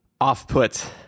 off-put